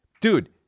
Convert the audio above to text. Dude